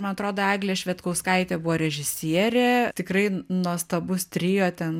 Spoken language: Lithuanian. man atrodo eglė švedkauskaitė buvo režisierė tikrai nuostabus trio ten